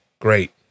Great